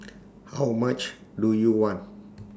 how much do you want